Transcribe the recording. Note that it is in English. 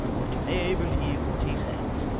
and that you may believe what he says.